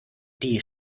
die